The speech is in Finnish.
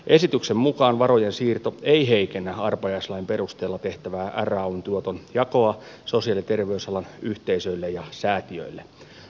esityksen mukaan varojen siirto ei heikennä arpajaislain perusteella tehtävää rayn tuoton jakoa sosiaali ja terveysalan yhteisöille ja säätiöille